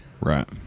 Right